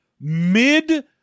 mid